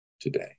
today